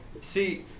see